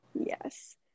Yes